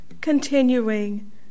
continuing